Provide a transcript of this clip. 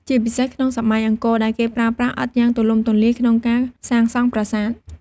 ជាពិសេសក្នុងសម័យអង្គរ ដែលគេប្រើប្រាស់ឥដ្ឋយ៉ាងទូលំទូលាយក្នុងការសាងសង់ប្រាសាទ។